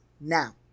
now